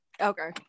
Okay